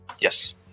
Yes